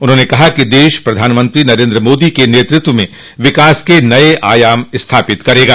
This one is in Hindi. उन्होंने कहा कि देश प्रधानमंत्री नरेन्द्र मोदी के नेतृत्व में विकास के नये आयाम स्थापित करेगा